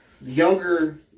Younger